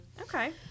Okay